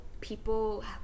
people